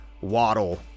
Waddle